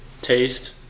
Taste